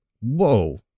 whoa